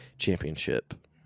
championship